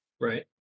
Right